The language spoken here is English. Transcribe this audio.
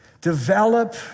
develop